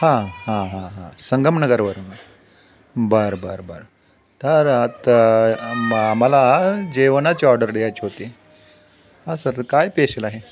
हां हां हां हां संगमनगरवरून बरं बरं बरं तर आता आम आम्हाला जेवणाची ऑर्डर द्यायची होती हां सर काय पेशल आहे